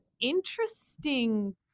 interesting